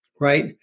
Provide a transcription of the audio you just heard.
Right